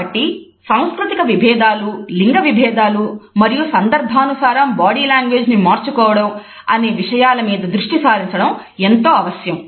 కాబట్టి సాంస్కృతిక విభేదాలు లింగ విభేదాలు మరియు సందర్భానుసారం బాడీ లాంగ్వేజ్ ను మార్చుకోవడం అనే విషయాలపై దృష్టి సారించడం ఎంతో అవశ్యం